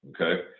okay